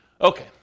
Okay